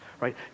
right